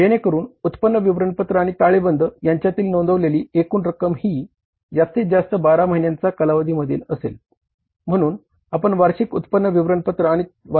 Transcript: जेणेकरुन उत्पन्न विवरणपत्र तयार करतो